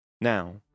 Now